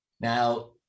Now